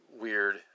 weird